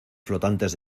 flotantes